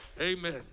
amen